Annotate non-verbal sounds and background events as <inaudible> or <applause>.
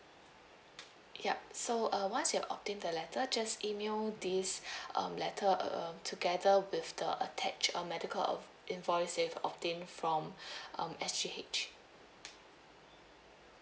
ya so uh once you've obtained the letter just email this <breath> um letter um together with the attached uh medical of invoice you've obtained from <breath> um S_G_H